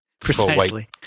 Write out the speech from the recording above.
precisely